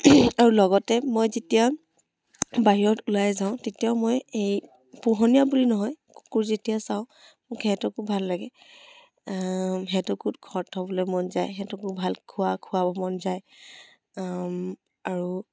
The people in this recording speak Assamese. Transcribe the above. আৰু লগতে মই যেতিয়া বাহিৰত ওলাই যাওঁ তেতিয়াও মই এই পুহনীয়া বুলি নহয় কুকুৰ যেতিয়া চাওঁ মোক সিহঁতকো ভাল লাগে সিহঁতকো ঘৰত থ'বলৈ মন যায় সিহঁতকো ভাল খোৱা খোৱাব মন যায় আৰু